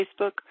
Facebook